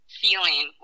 feeling